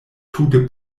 tute